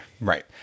Right